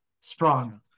strong